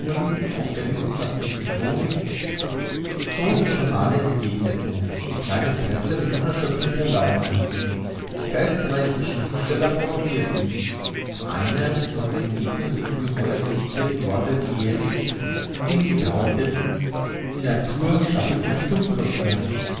auf die wissenschaftliche chronik der großen journale entgegnete die kleine presse mit unerschöpflicher laune die geistreichen schriftsteller parodirten ein von den gegnern des ungeheuers citirtes wort linn's indem sie behaupteten die natur schaffe keine dummköpfe